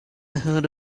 heard